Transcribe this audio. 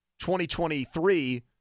2023